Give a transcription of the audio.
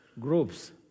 groups